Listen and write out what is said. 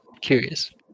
Curious